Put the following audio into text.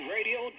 Radio